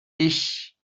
ich